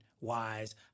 wise